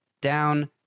down